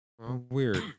Weird